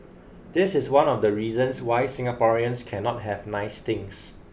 this is one of the reasons why Singaporeans cannot have nice things